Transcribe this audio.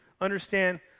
understand